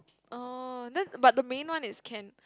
oh then but the main one is Ken